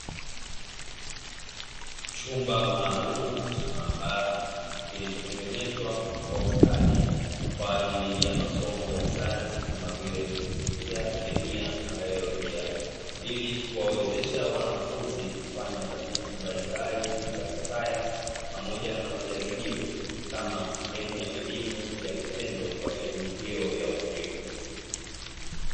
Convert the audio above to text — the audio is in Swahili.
Chumba maalumu cha maabara kilichotengenezwa kwa ustadi kwa ajili ya masomo ya sayansi kama vile fizikia, kemia na baiolojia ili kuwawezesha wanafunzi kufanya tafiti mbalimbali za kisayansi pamoja na majaribio kama sehemu ya elimu ya vitendo kwa elimu hiyo ya upili.